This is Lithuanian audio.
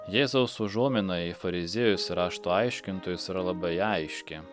jėzaus užuomina į fariziejus ir rašto aiškintojus yra labai aiški